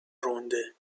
رونده